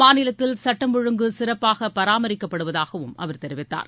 மாநிலத்தில் சட்டம் ஒழுங்கு சிறப்பாக பராமரிக்கப்படுவதாகவும் அவர் தெரிவித்தார்